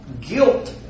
Guilt